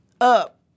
up